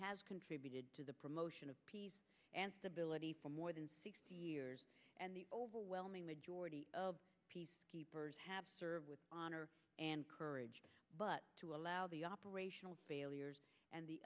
has contributed to the promotion of peace and stability for more than sixty years and the overwhelming majority of peacekeepers have served with honor and courage but to allow the operational failures and the